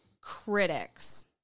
critics